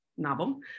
novel